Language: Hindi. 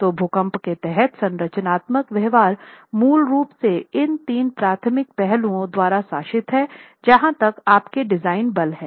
तो भूकंप के तहत संरचनात्मक व्यवहार मूल रूप से इन तीन प्राथमिक पहलुओं द्वारा शासित है जहां तक आपके डिजाइन बल हैं